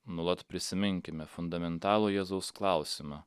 nuolat prisiminkime fundamentalų jėzaus klausimą